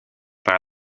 par